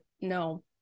no